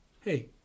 Hey